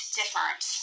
different